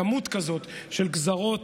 בכמות כזאת של גזרות: